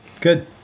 Good